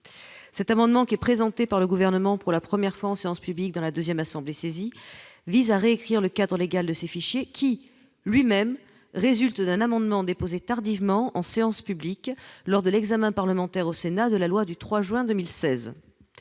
cet amendement, qui est présenté par le gouvernement pour la première fois en séance publique dans la 2ème assemblée saisie vise à réécrire le cadre légal de ces fichiers, qui lui-même résulte d'un amendement déposé tardivement en séance publique lors de l'examen parlementaire au Sénat de la loi du 3 juin 2016,